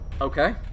Okay